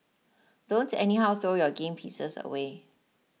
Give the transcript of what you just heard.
don't anyhow throw your game pieces away